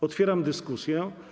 Otwieram dyskusję.